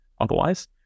otherwise